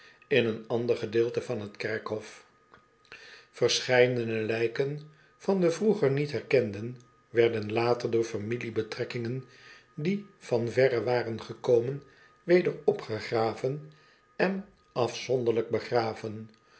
in een ander gedeelte van t kerkhof verscheidene lijken van de vroeger niet herkenden werden later door familiebetrekkingen die van verre waren gekomen weder opgegraven en afzonderlijk begraven